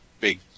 big